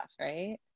right